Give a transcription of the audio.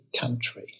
country